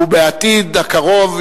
ובעתיד הקרוב,